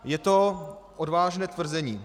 Je to odvážné tvrzení.